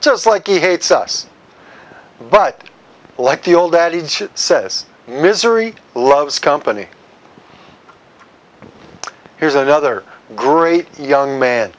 just like he hates us but like the old adage says misery loves company here's another great young man